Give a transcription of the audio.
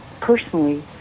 personally